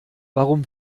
warum